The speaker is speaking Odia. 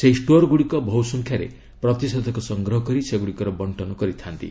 ସେହି ଷ୍ଟୋର୍ଗୁଡ଼ିକ ବହୁସଂଖ୍ୟାରେ ପ୍ରତିଷେଧକ ସଂଗ୍ରହ କରି ସେଗୁଡ଼ିକର ବଣ୍ଟନ କରିଥା'ନ୍ତି